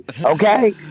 okay